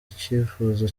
icyifuzo